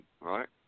right